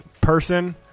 person